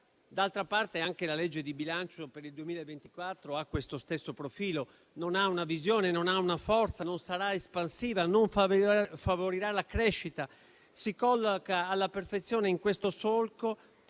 D'altra parte, anche la legge di bilancio per il 2024 ha questo stesso profilo: non ha una visione, non ha una forza, non sarà espansiva, non favorirà la crescita; essa si colloca alla perfezione in questo solco,